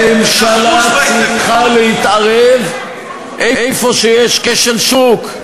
ממשלה צריכה להתערב איפה שיש כשל שוק,